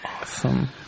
Awesome